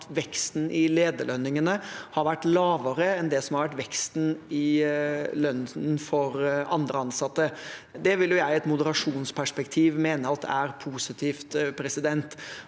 at veksten i lederlønningene har vært lavere enn vekst en i lønn for andre ansatte. Det vil jeg i et moderasjonsperspektiv mene er positivt. Vi ser